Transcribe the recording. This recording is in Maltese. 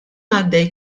għaddej